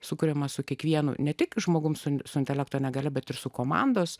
sukuriamas su kiekvienu ne tik žmogumi su su intelekto negalia bet ir su komandos